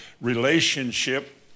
relationship